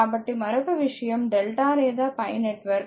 కాబట్టి మరొక విషయం డెల్టా లేదా పై నెట్వర్క్